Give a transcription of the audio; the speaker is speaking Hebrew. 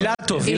אילטוב.